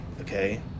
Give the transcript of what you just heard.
okay